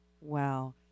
Wow